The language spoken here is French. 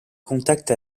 contacts